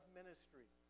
ministry